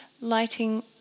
lighting